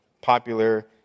popular